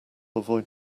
avoid